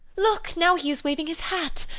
look! now he is waving his hat!